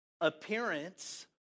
appearance